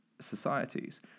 societies